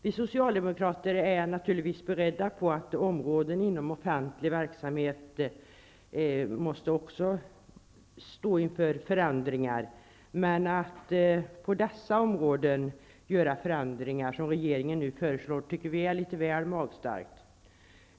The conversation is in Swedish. Vi socialdemokrater är naturligtvis beredda på att också offentlig verksamhet står inför förändringar. Men att på dessa områden göra de förändringar som regeringen föreslår tycker vi är väl magstarkt.